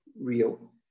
real